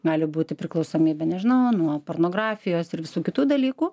gali būti priklausomybė nežinau nuo pornografijos ir visų kitų dalykų